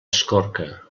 escorca